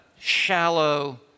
shallow